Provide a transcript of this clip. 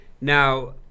Now